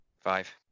Five